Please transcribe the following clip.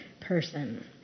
person